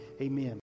Amen